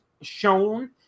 shown